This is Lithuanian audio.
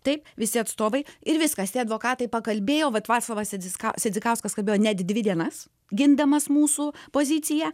taip visi atstovai ir viskas tie advokatai pakalbėjo vat vaclovas sedzi sedzikauskas kalbėjo net dvi dienas gindamas mūsų poziciją